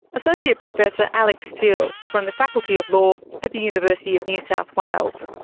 associate professor alex steel, from the faculty of law at the university of new south wales.